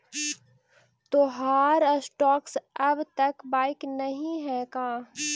तोहार स्टॉक्स अब तक बाइक नही हैं का